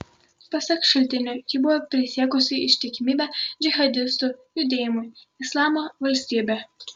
pasak šaltinių ji buvo prisiekusi ištikimybę džihadistų judėjimui islamo valstybė